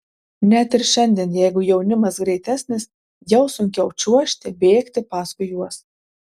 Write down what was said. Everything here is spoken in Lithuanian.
net ir šiandien jeigu jaunimas greitesnis jau sunkiau čiuožti bėgti paskui juos